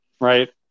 right